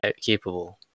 capable